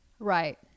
right